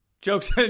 Jokes